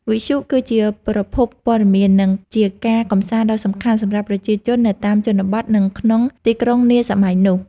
វិទ្យុគឺជាប្រភពព័ត៌មាន និងជាការកម្សាន្តដ៏សំខាន់សម្រាប់ប្រជាជននៅតាមជនបទនិងក្នុងទីក្រុងនាសម័យនោះ។